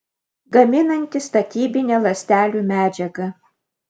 gaminanti statybinę ląstelių medžiagą